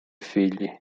figli